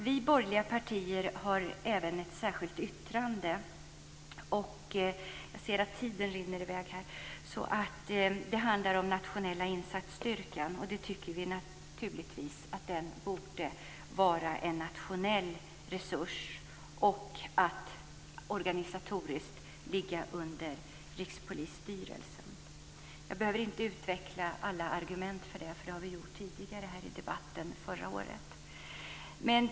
Vi borgerliga partier har även ett särskilt yttrande - jag ser att tiden rinner i väg - om den nationella insatsstyrkan. Vi tycker att den naturligtvis borde vara en nationell resurs och organisatoriskt ligga under Rikspolisstyrelsen. Jag behöver inte utveckla alla argument för det, för det gjorde vi här i debatten förra året.